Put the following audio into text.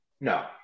no